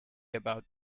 about